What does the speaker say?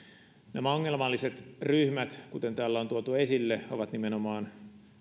nämä ongelmalliset ryhmät kuten täällä on tuotu esille ovat nimenomaan